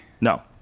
No